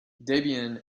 debian